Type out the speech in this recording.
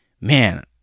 man